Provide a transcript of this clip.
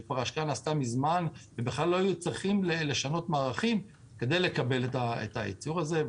ההשקעה נעשתה מזמן ובכלל לא צריך לשנות מערכים כדי לקבל את הייצור הזה.